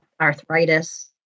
arthritis